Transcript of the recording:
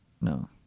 No